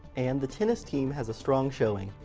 and the tennis team has a strong showing.